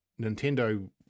Nintendo